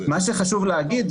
מה שחשוב להגיד,